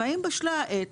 והאם בשלה העת